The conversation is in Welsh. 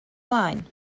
blaen